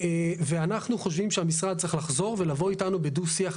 ואנחנו חושבים שהמשרד צריך לחזור ולבוא איתנו בדו שיח.